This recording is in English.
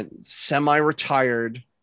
Semi-retired